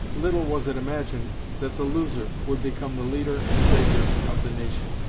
little was it imagined that the loser would become the leader and savior of the nation.